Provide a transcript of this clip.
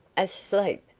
asleep!